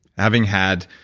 having had,